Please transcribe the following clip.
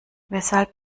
weshalb